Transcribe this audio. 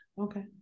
Okay